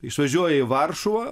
išvažiuoja į varšuvą